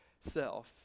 self